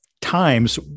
times